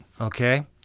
Okay